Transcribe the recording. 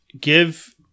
Give